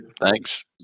Thanks